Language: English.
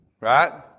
right